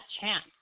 chance